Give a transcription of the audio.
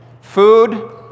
food